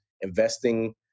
investing